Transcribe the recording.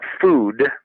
food